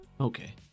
Okay